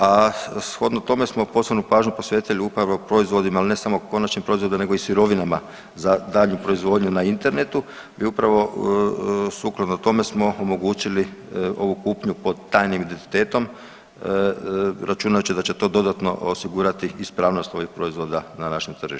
A shodno tome smo posebnu pažnju posvetili upravo proizvodima, ali ne samo konačnim proizvodima nego i sirovinama za daljnju proizvodnju na internetu i upravo sukladno tome smo omogućili ovu kupnju pod tajnim identitetom računajući da će to dodatno osigurati ispravnost ovih proizvoda na našem tržištu.